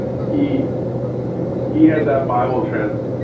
he he had that bible trance